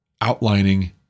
outlining